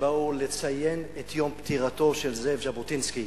שבאו לציין את יום פטירתו של זאב ז'בוטינסקי,